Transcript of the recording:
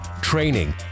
training